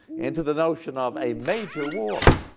into the notion of a major war